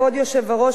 כבוד היושב-ראש,